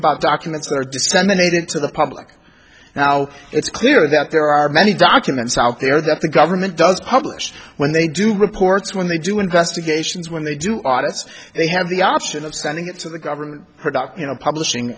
about documents that are disseminated to the public now it's clear that there are many documents out there that the government does publish when they do reports when they do investigations when they do audits they have the option of sending it to the government her doc you know publishing